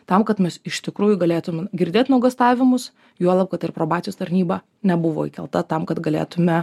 tau kad mes iš tikrųjų galėtumėm girdėt nuogąstavimus juolab kad ir probacijos tarnyba nebuvo įkelta tam kad galėtume